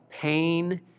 pain